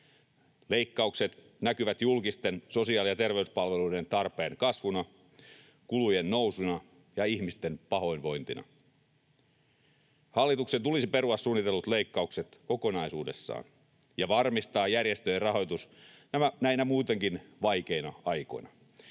Leikkaukset näkyvät julkisten sosiaali- ja terveyspalveluiden tarpeen kasvuna, kulujen nousuna ja ihmisten pahoinvointina. Hallituksen tulisi perua suunnitellut leikkaukset kokonaisuudessaan ja varmistaa järjestöjen rahoitus näinä muutenkin vaikeina aikoina,